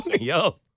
Yo